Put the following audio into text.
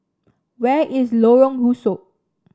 where is Lorong Rusuk